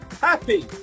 Happy